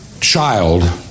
child